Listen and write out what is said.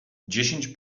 dziesięć